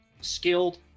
skilled